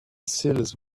seals